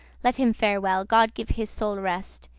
let him fare well, god give his soule rest,